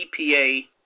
EPA